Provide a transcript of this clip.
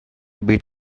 beat